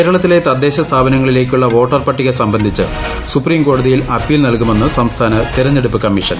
കേരളത്തിലെ തദ്ദേശ സ്ഥാപനങ്ങളിലേക്കുള്ള വോട്ടർപട്ടിക സംബന്ധിച്ച് സുപ്രീം കോടതിയിൽ അപ്പീൽ നൽകുമെന്ന് സംസ്ഥാന തിരഞ്ഞെടുപ്പ് കമ്മീഷൻ